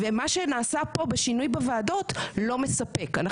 מה שנעשה פה בשינוי בוועדות לא מספק.